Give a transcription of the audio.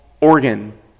organ